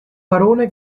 barone